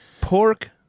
pork